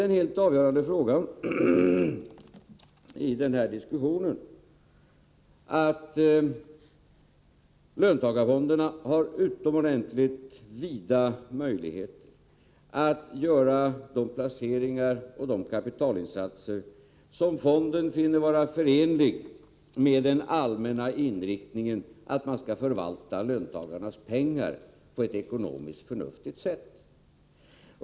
Det helt avgörande i den här diskussionen är att löntagarfonderna har utomordentligt vida möjligheter att göra de placeringar och de kapitalinsatser som fonderna finner vara förenliga med den allmänna inriktningen att man skall förvalta löntagarnas pengar på ett ekonomiskt förnuftigt sätt.